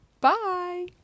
Bye